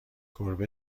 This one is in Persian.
گربه